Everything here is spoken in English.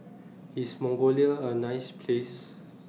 IS Mongolia A nice Place